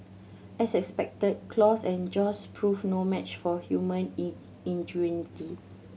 as expected claws and jaws proved no match for human in ingenuity